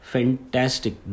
Fantastic